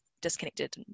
disconnected